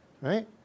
right